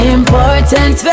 important